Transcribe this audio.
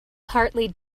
partly